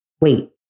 Wait